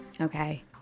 Okay